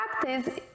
practice